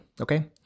Okay